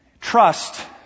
Trust